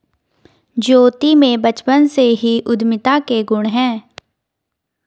ज्योति में बचपन से ही उद्यमिता के गुण है